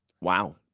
Wow